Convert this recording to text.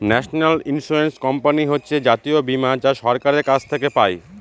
national insurance company হচ্ছে জাতীয় বীমা যা সরকারের কাছ থেকে পাই